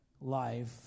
life